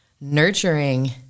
nurturing